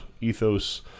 ethos